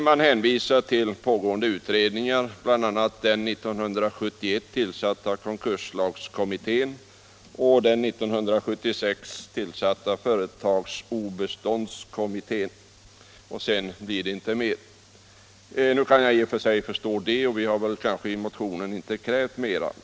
Man hänvisar till pågående utredningar, bl.a. den 1971 tillsatta konkurslagskommittén och den 1976 tillsatta företagsobeståndskommittén. Sedan blir det inte mer. Jag kan i och för sig förstå detta. Vi har i motionen kanske inte krävt mer.